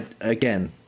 again